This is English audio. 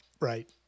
Right